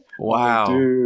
wow